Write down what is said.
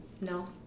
No